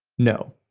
no.